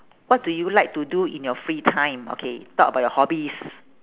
what do you like to do in your free time okay talk about your hobbies